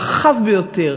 רחב ביותר,